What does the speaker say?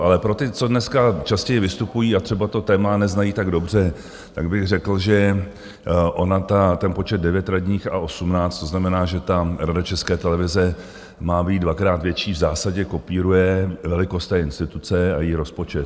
Ale pro ty, co dneska častěji vystupují a třeba to téma neznají tak dobře, tak bych řekl, že on ten počet 9 radních a 18, to znamená, že ta Rada České televize má být dvakrát větší, v zásadě kopíruje velikost té instituce a její rozpočet.